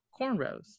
cornrows